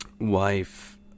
wife